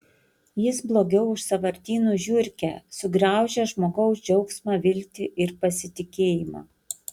jis blogiau už sąvartynų žiurkę sugraužia žmogaus džiaugsmą viltį ir pasitikėjimą